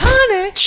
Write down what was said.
Honey